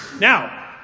Now